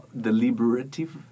deliberative